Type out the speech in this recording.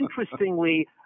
interestingly